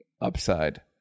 upside